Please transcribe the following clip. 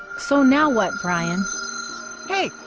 so now what brian hey,